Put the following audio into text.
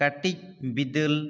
ᱠᱟᱹᱴᱤᱡ ᱵᱤᱫᱟᱹᱞ